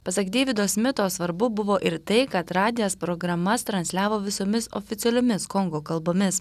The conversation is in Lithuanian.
pasak deivido smito svarbu buvo ir tai kad radijas programas transliavo visomis oficialiomis kongo kalbomis